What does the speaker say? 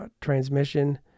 transmission